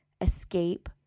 escape